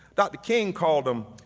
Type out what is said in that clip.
dr. king called them